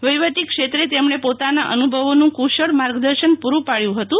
વહીવટી ક્ષેત્રે તેમણે પોતાના અનુભવોનું કુશળ માર્ગદર્શન પુરં પાડચું હતું